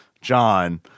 John